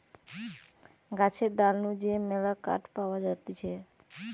গাছের ডাল নু যে মেলা কাঠ পাওয়া যাতিছে